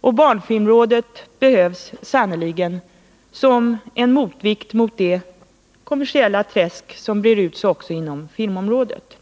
och barnfilmrådet behövs sannerligen som en motvikt mot det kommersiella träsk som breder ut sig också inom filmområdet.